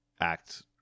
act